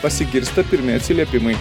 pasigirsta pirmi atsiliepimai